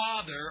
Father